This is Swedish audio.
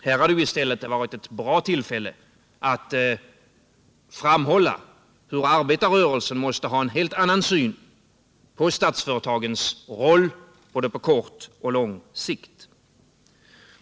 Här hade i stället socialdemokraterna ett bra tillfälle att framhålla att arbetarrörelsen måste ha en helt annan syn på statsföretagens roll både på kort och på lång sikt.